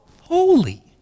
holy